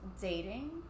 Dating